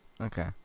Okay